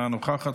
אינה נוכחת,